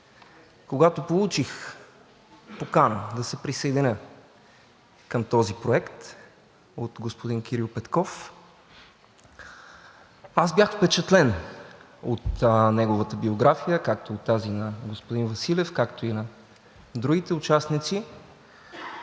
Когато получих покана да се присъединя към този проект от господин Кирил Петков, аз бях впечатлен от неговата биография, както и от тази на господин Василев, както и на другите участници.